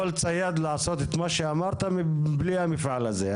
יכול צייד לעשות את מה שאמרת בלי המפעל הזה,